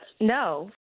no